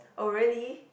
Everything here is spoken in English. oh really